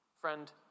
friend